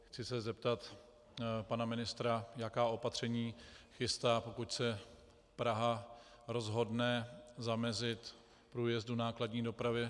Chci se zeptat pana ministra, jaká opatření chystá, pokud se Praha rozhodne zamezit průjezdu nákladní dopravy.